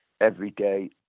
everyday